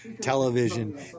television